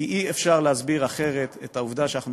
כי אי-אפשר להסביר אחרת את העובדה שאנחנו